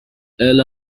elle